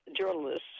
journalists